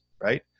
Right